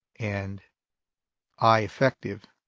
and i effective,